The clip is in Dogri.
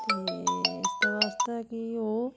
ते इसदा आस्तै केह् ओह्